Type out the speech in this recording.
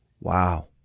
wow